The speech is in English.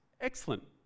Excellent